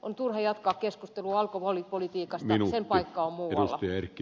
on turha jatkaa keskustelua alkoholipolitiikasta sen paikka on muualla